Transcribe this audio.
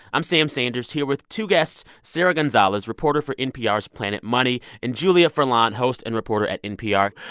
i'm sam sanders here with two guests sarah gonzalez, reporter for npr's planet money, and julia furlan, host and reporter at npr.